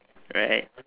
right